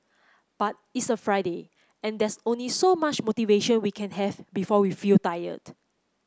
but it's a Friday and there's only so much motivation we can have before we feel tired